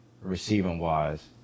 receiving-wise